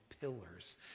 pillars